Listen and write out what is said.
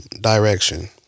direction